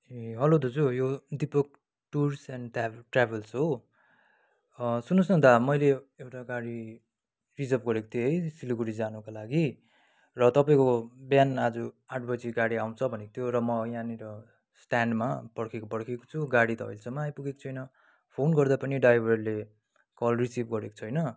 ए hello दाजु यो Deepak tours and ट्र्या ट्र्याभल्स हो सुन्नुहोस् न दा मैले एउटा गाडी रिजर्भ गरेको थिएँ है सिलगढी जानको लागि र तपाईँको बिहान आज आठ बजीको गाडी आउँछ भनेको थियो र म यहाँनिर स्ट्यान्डमा पर्खेको पर्खेकै छु गाडी त अहिलेसम्म आइपुगेको छैन फोन गर्दा पनि ड्राइभरले कल रिसिभ गरेको छैन